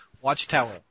Watchtower